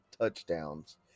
touchdowns